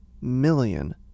million